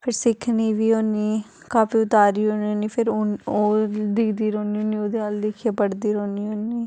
फिर सिखनी बी होन्नी कापी पर उतारी ओड़नी होन्नी फिर ओह् दिक्खदी रौंह्न्नी उ'दे अ'ल्ल दिक्खियै पढ़दी रौंह्न्नी होन्नी